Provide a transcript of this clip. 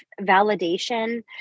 validation